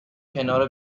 کنار